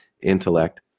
intellect